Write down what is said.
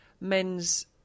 men's